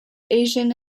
asian